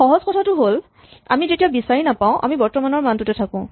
সহজ কথাটো হ'ল আমি যেতিয়া বিচাৰি নাপাওঁ আমি বৰ্তমানৰ মানটোতে থাকো